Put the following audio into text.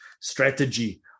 strategy